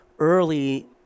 early